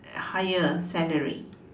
higher salary